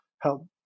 help